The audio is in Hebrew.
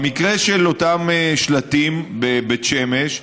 במקרה של אותם שלטים בבית שמש,